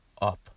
up